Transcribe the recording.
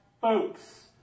folks